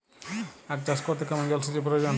আখ চাষ করতে কেমন জলসেচের প্রয়োজন?